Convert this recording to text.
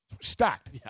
Stacked